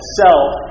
self